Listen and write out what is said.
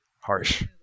Harsh